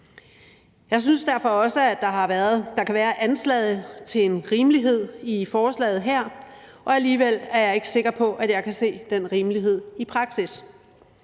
Jeg synes derfor også, at der kan være anslaget til en rimelighed i forslaget her, og alligevel er jeg ikke sikker på, at jeg kan se den rimelighed i praksis.